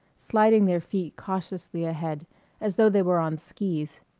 sliding their feet cautiously ahead as though they were on skis.